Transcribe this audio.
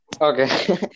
Okay